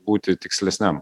būti tikslesniam